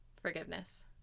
forgiveness